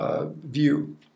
view